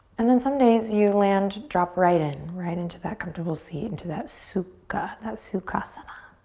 and then some days you land, drop right in, right into that comfortable seat, into that sukha. that sukhasana.